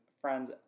friends